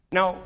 Now